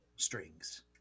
strings